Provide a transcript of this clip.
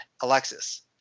Alexis